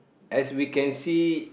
as we can see